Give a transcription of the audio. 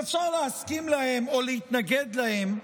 שאפשר להסכים להן או להתנגד להן,